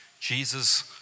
Jesus